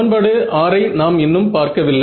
சமன்பாடு 6 ஐ நாம் இன்னும் பார்க்க வில்லை